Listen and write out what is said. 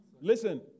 Listen